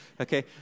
okay